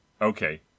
Okay